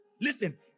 Listen